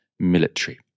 military